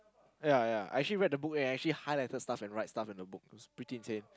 ya ya I actually read the book and actually highlighted stuff and write stuff in the book it's pretty insane